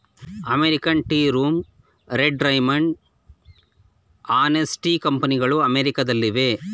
American Tea Room, Red Raymond, Harney's tea ಕಂಪನಿಗಳು ಅಮೆರಿಕದಲ್ಲಿವೆ